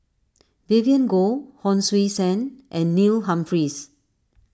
Vivien Goh Hon Sui Sen and Neil Humphreys